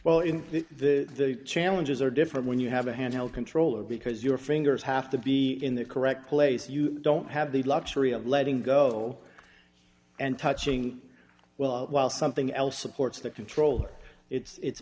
well in the challenges are different when you have a handheld controller because your fingers have to be in the correct place you don't have the luxury of letting go and touching well while something else supports the controller it's